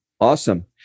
awesome